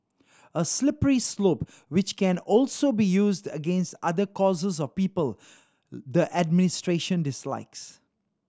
a slippery slope which can also be used against other causes or people the administration dislikes